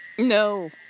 No